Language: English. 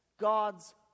God's